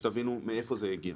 כדי שתבינו מאיפה זה הגיע.